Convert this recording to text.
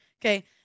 Okay